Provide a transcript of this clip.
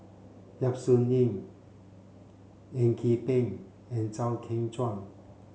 Yap Su Yin Eng Yee Peng and Chew Kheng Chuan